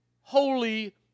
holy